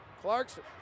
Clarkson